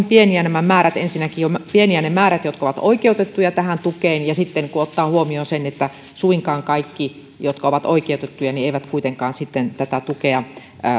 pieniä nämä määrät ensinnäkin ovat pieniä niiden määrät jotka ovat oikeutettuja tähän tukeen ja sitten kun ottaa huomioon sen että suinkaan kaikki jotka ovat oikeutettuja eivät kuitenkaan sitten tätä tukea